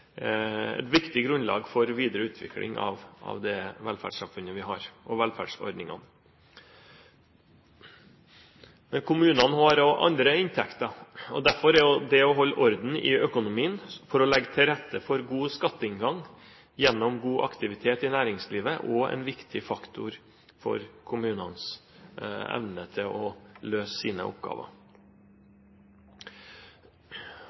et viktig grunnlag for videre utvikling av det velferdssamfunnet og de velferdsordningene vi har. Men kommunene har også andre inntekter, og derfor er det å holde orden i økonomien for å legge til rette for god skatteinngang gjennom god aktivitet i næringslivet også en viktig faktor for kommunenes evne til å løse sine oppgaver.